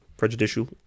prejudicial